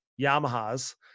Yamaha's